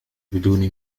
بدون